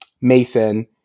Mason